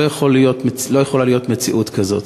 לא יכולה להיות מציאות כזאת.